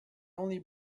only